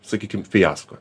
sakykim fiasko